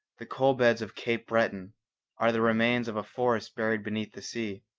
the coal-beds of cape breton are the remains of a forest buried beneath the sea.